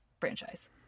franchise